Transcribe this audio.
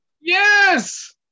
Yes